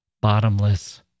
bottomless